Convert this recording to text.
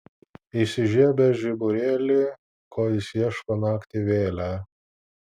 įsižiebęs žiburėlį ko jis ieško naktį vėlią